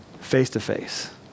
face-to-face